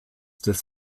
des